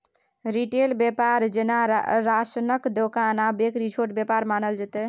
retail बेपार जेना राशनक दोकान आ बेकरी छोट बेपार मानल जेतै